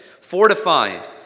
fortified